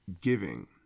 giving